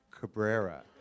Cabrera